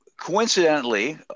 coincidentally